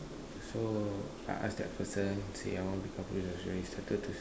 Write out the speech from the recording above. so I asked that person say I want become police officer he started to